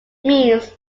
means